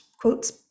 quotes